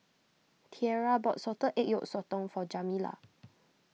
Tierra bought Salted Egg Yolk Sotong for Jamila